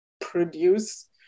produce